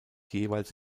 jeweils